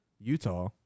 Utah